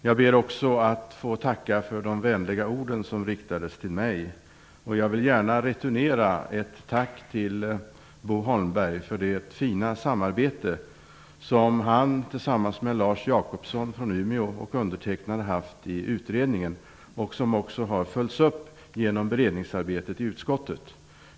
Jag ber också att få tacka för de vänliga ord som riktades till mig och vill gärna returnera ett tack till Bo Holmberg för det fina samarbete som Bo Holmberg, Lars Jacobsson från Umeå och jag har haft i utredningen och som har följts upp genom beredningsarbetet i utskottet.